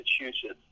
Massachusetts